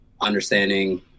understanding